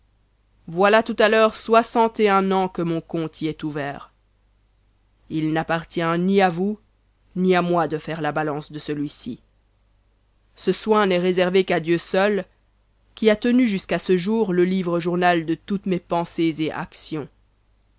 voilà tout à l'heure soixante et un ans que mon compte y est ouvert il n'appartient ni à vous ni à moi de faire la balance de celui-ci ce soin n'est réservé qu'à dieu seul qui a tenu jusqu'à ce jour le livre journal de toutes mes pensées et actions